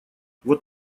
вот